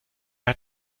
hat